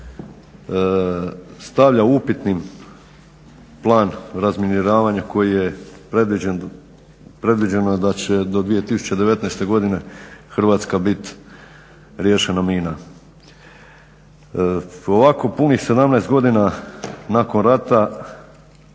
stavlja upitni plan razminiravana koji je predviđeno da će do 2019. godine Hrvatska biti riješena mina. Ovako punih 17 godina nakon rata